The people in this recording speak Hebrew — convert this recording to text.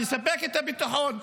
לספק את הביטחון,